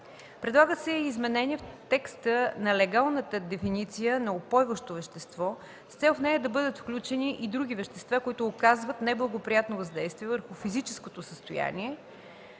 Предлага се и изменение в текста на легалната дефиниция на „упойващо вещество”, с цел в нея да бъдат включени и други вещества, които оказват неблагоприятно въздействие върху физическото състояние